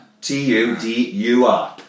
T-U-D-U-R